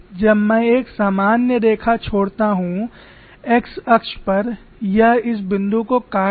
जब मैं एक सामान्य रेखा छोड़ता हूं x अक्ष पर यह इस बिंदु को काट देगा